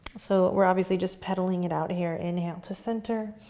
so we're obviously just pedaling it out here. inhale to center.